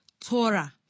Torah